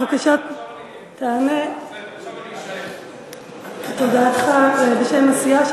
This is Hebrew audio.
בבקשה תעלה ותמסור את הודעתך בשם הסיעה.